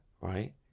right